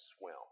swim